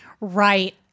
Right